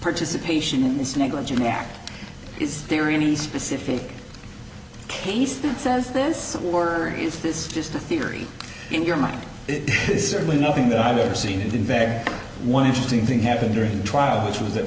participation in this negligent act is there any specific case that says this or is this just a theory in your mind it is certainly nothing that i've ever seen in veg one interesting thing happened during the trial which was